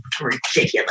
ridiculous